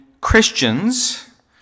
Christians